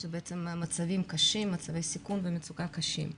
אלה בעצם מצבי סיכון ומצוקה קשים.